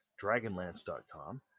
Dragonlance.com